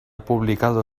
publicado